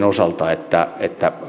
osalta että että